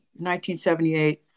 1978